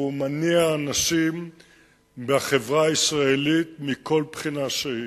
והוא מניע אנשים בחברה הישראלית מכל בחינה שהיא.